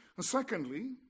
Secondly